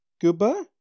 Goodbye